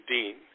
Dean